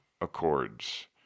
Accords